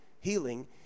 healing